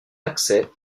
accès